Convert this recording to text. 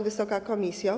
Wysoka Komisjo!